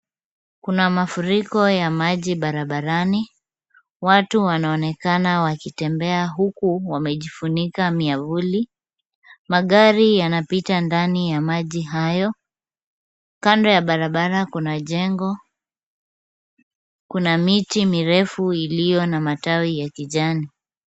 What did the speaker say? Kuna mafuriko ya maji barabarani. Watu wanaonekana wakitembea, huku wamejifunika miavuli. Magari yanapita ndani ya maji hayo. Kando ya barabara kuna jengo. Kuna miti mirefu iliyo na matawi ya kijani.